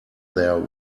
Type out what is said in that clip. their